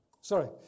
Sorry